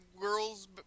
girl's